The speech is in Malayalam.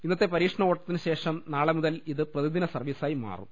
ഇന്നത്തെ പരീക്ഷണ ഓട്ടത്തിന് ശേഷം നാളെ മുതൽ ഇത് പ്രതിദിന സർവീസായി മാറും